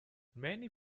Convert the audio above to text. many